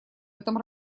этом